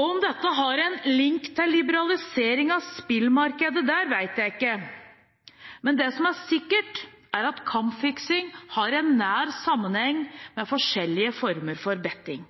Om dette har en link til liberalisering av spillmarkedet, vet jeg ikke. Men det som er sikkert, er at kampfiksing har en nær sammenheng med forskjellige former for «betting».